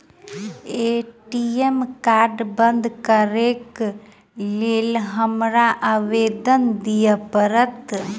ATM card बंद करैक लेल हमरा आवेदन दिय पड़त?